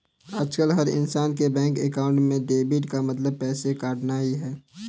आजकल हर इन्सान के बैंक अकाउंट में डेबिट का मतलब पैसे कटना ही है